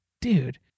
dude